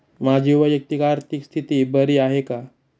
माझी वैयक्तिक आर्थिक स्थिती बरी आहे का?